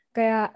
Kaya